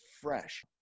fresh